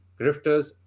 grifters